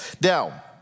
Now